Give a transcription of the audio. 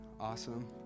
awesome